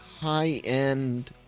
high-end